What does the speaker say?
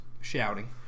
shouting